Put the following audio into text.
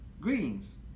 Greetings